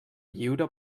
lliure